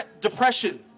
Depression